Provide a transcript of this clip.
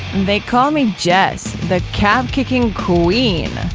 they call me jess, the cap-kicking queen